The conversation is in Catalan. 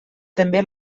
també